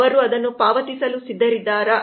ಅವರು ಅದನ್ನು ಪಾವತಿಸಲು ಸಿದ್ಧರಿದ್ದೀರಾ